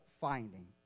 finding